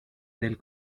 del